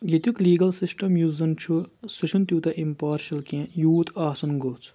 ییٚتیُک legal system یُس زَن چھُ سُہ چھُنہٕ توٗتاہ اِمپارشَل کینٛہہ یوٗت آسُن گوٚژھ